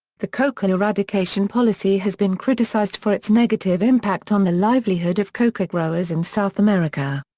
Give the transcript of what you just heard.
the coca eradication policy has been criticised for its negative impact on the livelihood of coca growers in south america.